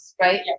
right